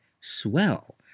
swell